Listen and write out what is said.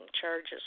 Charges